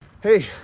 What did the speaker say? Hey